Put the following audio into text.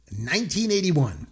1981